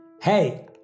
Hey